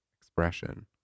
expression